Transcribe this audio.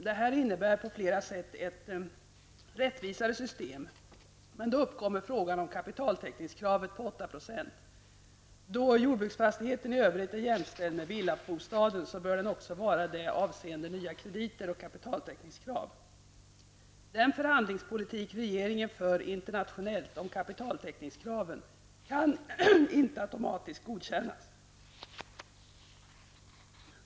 Detta innebär på flera sätt ett rättvisare system, men här uppkommer frågan om kapitaltäckningskravet på 8 %. Då jordbruksbostaden i övrigt är jämställd med villabostaden, bör den också vara det avseende nya krediter och kapitaltäckningskrav. Den förhandlingspolitik om kapitaltäckningskraven som regeringen för internationellt kan inte automatiskt godkännas.